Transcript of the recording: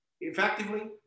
effectively